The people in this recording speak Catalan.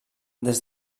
des